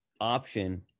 option